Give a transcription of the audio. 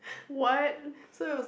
what